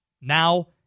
Now